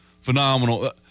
phenomenal